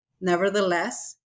nevertheless